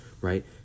right